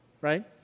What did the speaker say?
right